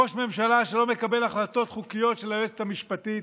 ראש ממשלה שלא מקבל החלטות חוקיות של היועצת המשפטית,